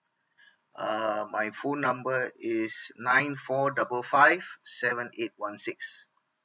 err my phone number is nine four double five seven eight one six